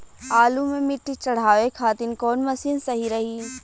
आलू मे मिट्टी चढ़ावे खातिन कवन मशीन सही रही?